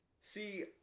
See